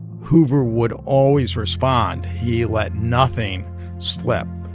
hoover would always respond. he let nothing slip,